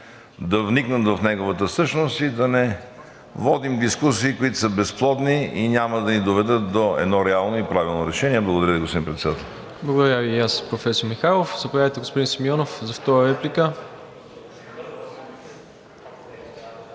да вникнат в неговата същност и да не водим дискусии, които са безплодни и няма да доведат до едно реално и правилно решение. Благодаря Ви, господин Председател. ПРЕДСЕДАТЕЛ МИРОСЛАВ ИВАНОВ: Благодаря Ви и аз, професор Михайлов. Заповядайте, господин Симеонов, за втора реплика.